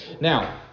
Now